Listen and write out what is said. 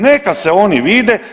Neka se oni vide.